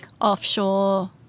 offshore